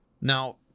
Now